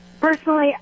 personally